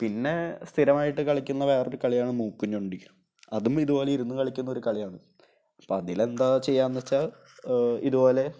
പിന്നെ സ്ഥിരമായിട്ട് കളിക്കുന്ന വേറൊരു കളിയാണ് മൂക്ക് ഞൊണ്ടി അതും ഇതുപോലെ ഇരുന്നു കളിക്കുന്ന ഒരു കളിയാണ് അപ്പോള് അതിലെന്താണു ചെയ്യാന്നുവച്ചാല് ഇതുപോലെ